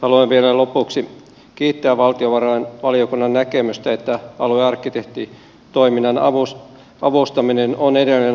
haluan vielä lopuksi kiittää valtiovarainvaliokunnan näkemystä että aluearkkitehtitoiminnan avustaminen on edelleen ajankohtaista